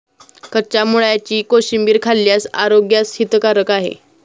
कच्च्या मुळ्याची कोशिंबीर खाल्ल्यास आरोग्यास हितकारक आहे